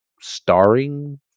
starring